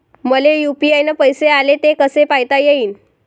मले यू.पी.आय न पैसे आले, ते कसे पायता येईन?